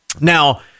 Now